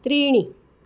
त्रीणि